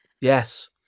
Yes